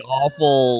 awful